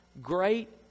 Great